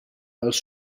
els